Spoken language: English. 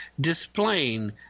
displaying